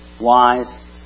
wise